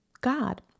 God